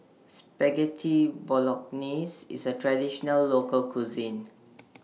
Spaghetti Bolognese IS A Traditional Local Cuisine